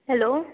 hello